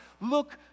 look